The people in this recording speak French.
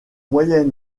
moyen